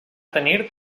tenir